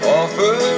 offer